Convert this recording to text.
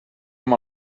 amb